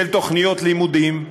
של תוכניות לימודים.